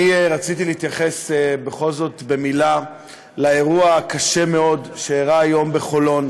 אני רציתי להתייחס בכל זאת במילה לאירוע הקשה מאוד שאירע היום בחולון,